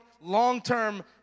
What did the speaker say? long-term